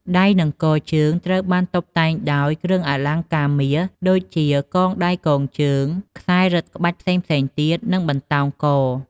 ដៃ និងកជើងត្រូវបានតុបតែងដោយ គ្រឿងអលង្ការមាស ដូចជា កងដៃ កងជើង ខ្សែរឹតក្បាច់ផ្សេងៗទៀត និងបន្តោងក។